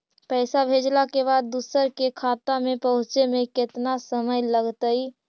पैसा भेजला के बाद दुसर के खाता में पहुँचे में केतना समय लगतइ?